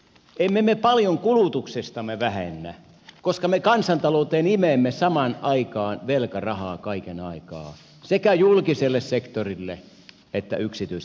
emme me paljon kulutuksestamme vähennä koska me kansantalouteen imemme samaan aikaan velkarahaa kaiken aikaa sekä julkiselle sektorille että yksityiselle sektorille